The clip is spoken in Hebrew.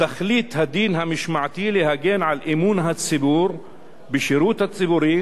תכלית הדין המשמעתי להגן על אמון הציבור בשירות הציבורי